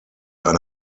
eine